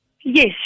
Yes